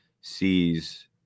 sees